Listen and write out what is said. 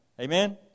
Amen